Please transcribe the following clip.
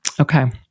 Okay